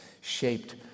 shaped